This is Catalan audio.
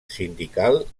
sindical